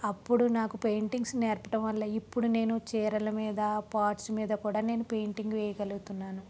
అప్పుడు నాకు పెయింటింగ్స్ నేర్పటం వల్ల ఇప్పుడు నేను చీరల మీద పాట్స్ మీద పెయింటింగ్ వేయగలుగుతున్నాను